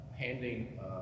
Handing